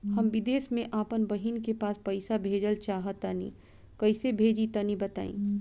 हम विदेस मे आपन बहिन के पास पईसा भेजल चाहऽ तनि कईसे भेजि तनि बताई?